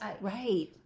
right